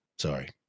Sorry